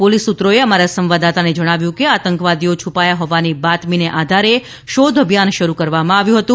police સૂત્રોએ અમારા સંવાદદાતાને જણાવ્યું હતું કે આતંકવાદીઓ છુપાયા હોવાની બાતમીને આધારે શોધ અભિયાન કરવામાં આવ્યું હતું